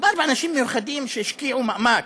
מדובר באנשים מיוחדים שהשקיעו מאמץ.